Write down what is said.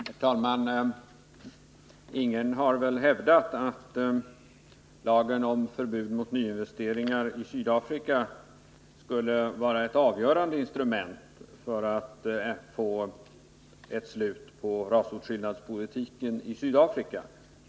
Herr talman! Ingen har väl hävdat att lagen om förbud mot nyinvesteringar i Sydafrika skulle vara ett avgörande instrument för att få ett slut på rasåtskillnadspolitiken i Sydafrika.